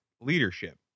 leadership